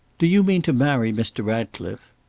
do you mean to marry mr. ratcliffe?